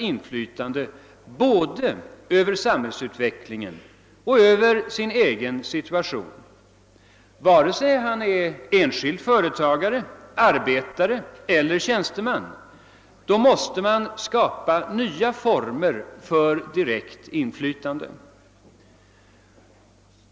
inflytande både över samhällsutvecklingen och över sin egen situation — vare sig det gäller enskilda företagare, arbetare eller tjänstemän — måste man skapa nya former för direkt inflytande.